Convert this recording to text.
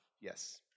yes